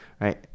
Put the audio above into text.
right